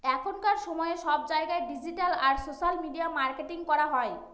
এখনকার সময়ে সব জায়গায় ডিজিটাল আর সোশ্যাল মিডিয়া মার্কেটিং করা হয়